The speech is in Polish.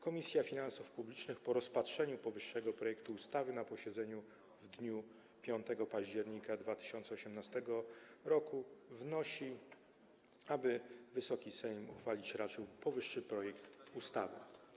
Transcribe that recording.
Komisja Finansów Publicznych po rozpatrzeniu powyższego projektu ustawy na posiedzeniu w dniu 5 października 2018 r. wnosi, aby Wysoki Sejm uchwalić raczył powyższy projekt ustawy.